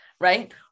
right